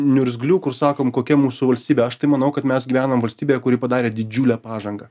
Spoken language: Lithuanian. niurzglių kur sakom kokia mūsų valstybė aš tai manau kad mes gyvenam valstybėje kuri padarė didžiulę pažangą